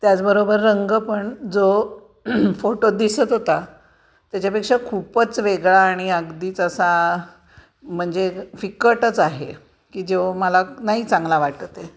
त्याचबरोबर रंग पण जो फोटोत दिसत होता त्याच्यापेक्षा खूपच वेगळा आणि अगदीच असा म्हणजे फिकटच आहे की जेव मला नाही चांगला वाटते